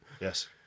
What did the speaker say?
Yes